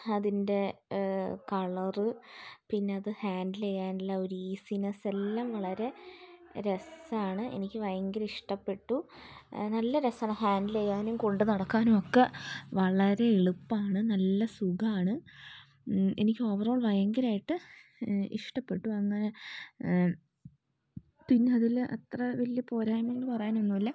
അതിൻ്റെ കളർ പിന്നെ അത് ഹാൻഡിൽ ചെയ്യാനുള്ള ഒരു ഈസിനെസ്സ് എല്ലാം വളരെ രസമാണ് എനിക്ക് ഭയങ്കര ഇഷ്ടപ്പെട്ടു നല്ല രസമാണ് ഹാൻഡിൽ ചെയ്യാനും കൊണ്ട് നടക്കാനും ഒക്കെ വളരെ എളുപ്പമാണ് നല്ല സുഖമാണ് എനിക്ക് ഓവറോൾ ഭയങ്കരമായിട്ട് ഇഷ്ടപ്പെട്ടു അങ്ങനെ പിന്നെ അതിൽ അത്ര വലിയ പോരായ്മ എന്ന് പറയാൻ ഒന്നുമില്ല